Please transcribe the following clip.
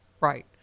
right